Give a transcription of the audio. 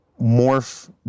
morph